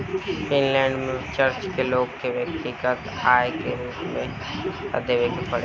Finland में church के लोग के व्यक्तिगत आय कर के रूप में दू तिहाई पइसा देवे के पड़ेला